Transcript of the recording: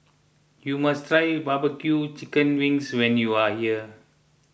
you must try BBQ Chicken Wings when you are here